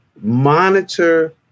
monitor